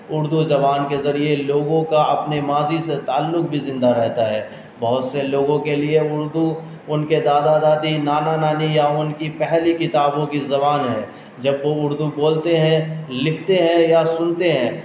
اردو زبان کے ذریعے لوگوں کا اپنے ماضی سے تعلق بھی زندہ رہتا ہے بہت سے لوگوں کے لیے اردو ان کے دادا دادی نانا نانی یا ان کی پہلی کتابوں کی زبان ہے جب وہ اردو بولتے ہیں لکھتے ہیں یا سنتے ہیں